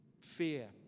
fear